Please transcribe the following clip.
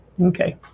okay